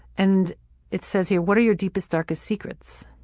and it says here, what are your deepest, darkest secrets?